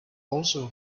also